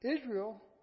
Israel